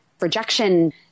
rejection